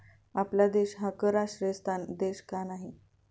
आपला देश हा कर आश्रयस्थान देश का नाही?